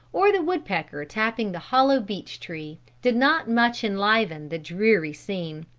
or the woodpecker tapping the hollow beech tree, did not much enliven the dreary scene.